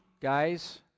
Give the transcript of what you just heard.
Guys